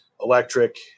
Electric